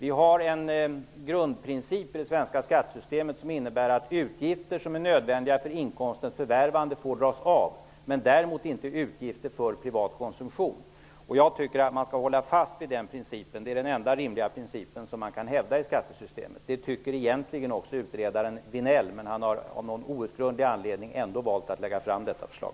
I det svenska skattesystemet har vi en grundprincip som innebär att utgifter som är nödvändiga för inkomstens förvärvande får dras av men däremot inte utgifter för privat konsumtion. Vi skall hålla fast vid den principen. Det är den enda rimliga princip som man kan hävda i det svenska skattesystemet. Det tycker egentligen utredaren Vinell, men av någon outgrundlig anledning har han ändå valt att lägga fram detta förslag.